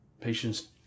patients